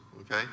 okay